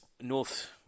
north